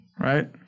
right